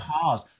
cars